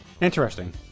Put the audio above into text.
interesting